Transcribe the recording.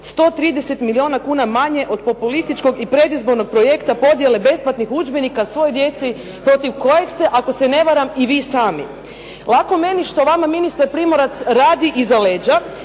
130 milijuna kuna manje od populističkog i predizbornog projekta podjele besplatnih udžbenika svoj djeci protiv kojeg ste ako se ne varam i vi sami. Lako meni što vama ministar Primorac radi iza leđa.